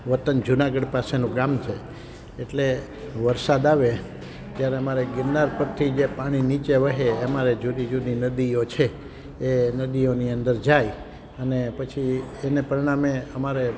વતન જુનાગઢ પાસેનું ગ્રામ છે એટલે વરસાદ આવે ત્યારે અમારે ગિરનાર પરથી જે પાણી નીચે વહે એ અમારે જુદી જુદી નદીઓ છે એ નદીઓની અંદર જાય અને પછી એને પરિણામે અમારે